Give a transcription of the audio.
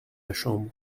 chambre